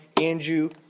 Andrew